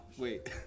wait